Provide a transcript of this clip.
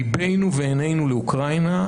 ליבנו ועינינו לאוקראינה,